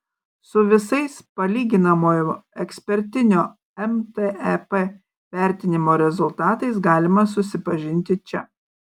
su visais palyginamojo ekspertinio mtep vertinimo rezultatais galima susipažinti čia